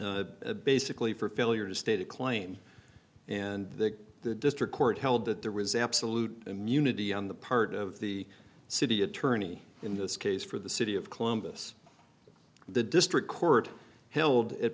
c basically for failure to state a claim and that the district court held that there was absolute immunity on the part of the city attorney in this case for the city of columbus the district court held